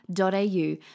au